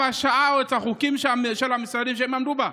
השעה או את החוקים של המשרדים שהם עמדו בהם.